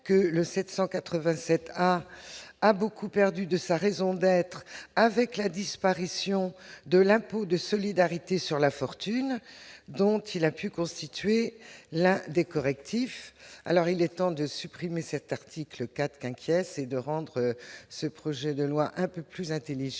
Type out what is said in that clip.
le 787 a a beaucoup perdu de sa raison d'être, avec la disparition de l'impôt de solidarité sur la fortune dont il a pu constituer l'un des correctifs, alors il est temps de supprimer cet article 4 qu'inquiet, c'est de rendre ce projet de loi un peu plus intelligible